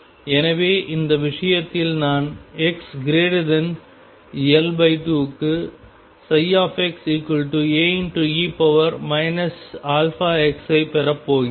எனவே இந்த விஷயத்தில் நான் xL2 க்கு xA e αx ஐப் பெறப்போகிறேன்